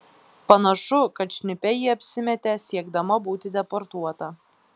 panašu kad šnipe ji apsimetė siekdama būti deportuota